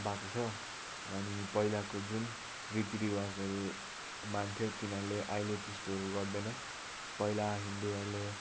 भएको छ अनि पहिलाको जुन रीतिरिवाजहरू मान्थ्यो तिनीहरूले अहिले त्यस्तोहरू गर्दैन पहिला हिन्दूहरूले